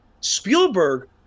Spielberg